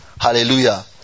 Hallelujah